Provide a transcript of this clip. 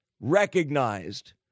recognized